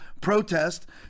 protest